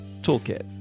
toolkit